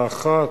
האחת,